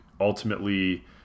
ultimately